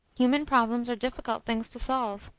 human problems are difficult things to solve.